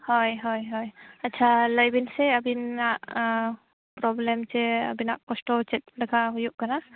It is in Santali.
ᱦᱳᱭ ᱦᱳᱭ ᱦᱳᱭ ᱟᱪᱪᱷᱟ ᱞᱟᱹᱭᱵᱤᱱ ᱥᱮ ᱟᱹᱵᱤᱱᱟᱜ ᱯᱨᱳᱵᱞᱮᱢ ᱪᱮᱫ ᱟᱹᱵᱤᱱᱟᱜ ᱠᱚᱥᱴᱚ ᱪᱮᱫ ᱞᱮᱠᱟ ᱦᱩᱭᱩᱜ ᱠᱟᱱᱟ